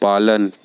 पालन